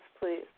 please